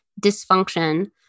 dysfunction